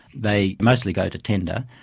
they mostly go to tender.